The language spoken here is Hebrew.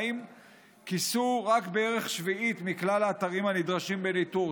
כיסו רק בערך שביעית מכלל האתרים הנדרשים בניטור,